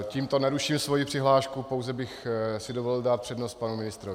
Tímto neruším svoji přihlášku, pouze bych si dovolil dát přednost panu ministrovi.